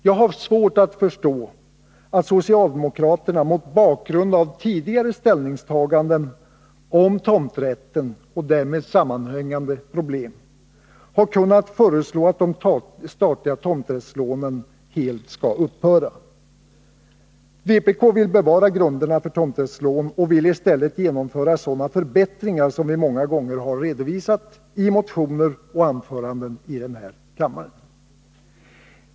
Jag har svårt att förstå att socialdemokraterna, mot bakgrund av tidigare ställningstaganden om tomträtten och därmed sammanhängande problem, har kunnat föreslå att de statliga tomträttslånen helt skall upphöra. Vpk vill bevara grunderna för tomträttslån och vill i stället genomföra sådana förbättringar som vi många gånger har redovisat i motioner och anföranden i denna kammare.